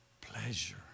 pleasure